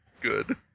good